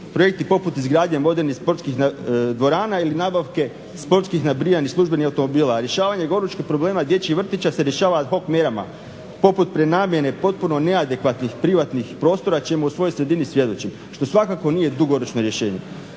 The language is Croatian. projekti poput izgradnje vodenih sportskih dvorana ili nabavke sportskih nabrijanih službenih automobila, a rješavanje gorućih problema dječjih vrtića se rješava ad hoc mjerama poput prenamjene potpuno neadekvatnih privatnih prostora čemu u svojoj sredini svjedočim. Što svakako nije dugoročno rješenje.